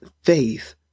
faith